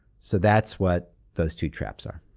so, that's what those two traps are.